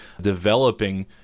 developing